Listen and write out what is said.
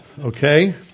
Okay